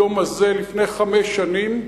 היום הזה לפני חמש שנים,